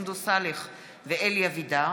סונדוס סאלח ואלי אבידר